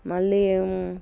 మళ్ళీ